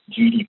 GDP